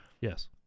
Yes